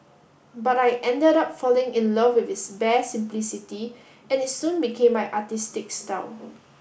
but I ended up falling in love with its bare simplicity and it soon became my artistic style